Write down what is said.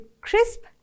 crisp